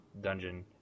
dungeon